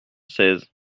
seize